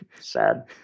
sad